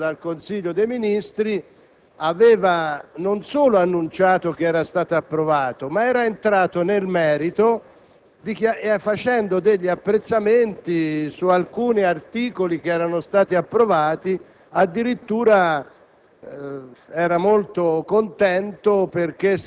Il ministro Pecoraro Scanio, uscendo dal Consiglio dei ministri, non solo aveva annunciato che era stato approvato il pacchetto, ma era anche entrato nel merito, facendo degli apprezzamenti su alcuni articoli che erano stati approvati; addirittura,